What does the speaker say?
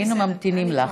היינו ממתינים לך.